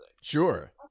Sure